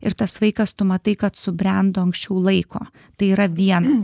ir tas vaikas tu matai kad subrendo anksčiau laiko tai yra vienas